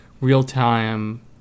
real-time